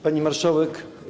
Pani Marszałek!